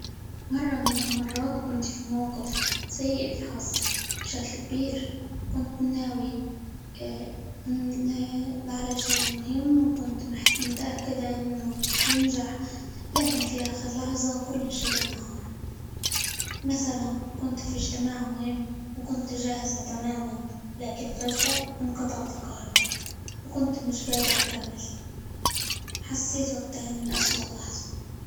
مرة من المرات كنت في موقف سيئة الحظ بشكل كبير، كنت ناوي نعلن شيء مهم، وكنت -مح- متأكدة إنه راح ينجح، لكن في آخر لحظة كل شيء إنهار، مثلًا كنت في إجتماع مهم، وكنت جاهزة تمامًا، لكن فجأة إنقطعت الكهرباء، وكنت مش قادرة أكمل، حسيت وقتها إن أسوء لحظة.